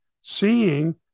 seeing